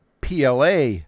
PLA